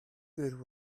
good